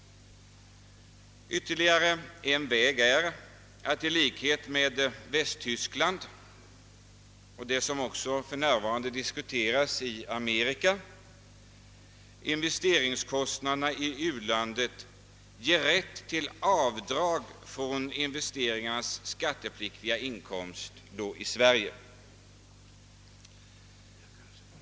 Ytterligare en väg är att i likhet med Västtyskland — en metod som också för närvarande diskuteras i Amerika — låta investeringskostnaderna i u-landet ge rätt till avdrag från investeringarnas skattepliktiga inkomst i Sverige.